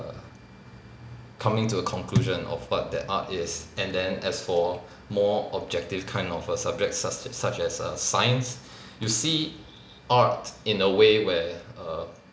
coming to a conclusion of what that art is and then as for more objective kind of err subjects such such as err science you see art in a way where err